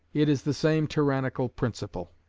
it is the same tyrannical principle.